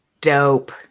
dope